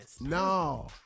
No